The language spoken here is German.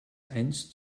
eins